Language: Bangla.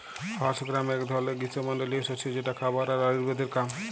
হর্স গ্রাম এক ধরলের গ্রীস্মমন্ডলীয় শস্য যেটা খাবার আর আয়ুর্বেদের কাম